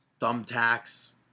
thumbtacks